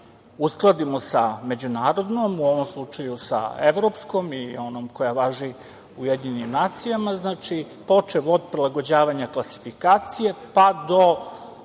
uskladimo sa međunarodnom, u ovom slučaju sa evropskom i onom koja važi u UN, počev od prilagođavanja klasifikacije, pa do